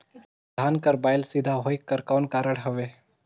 धान कर बायल सीधा होयक कर कौन कारण हवे?